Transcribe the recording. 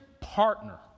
partner